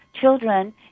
children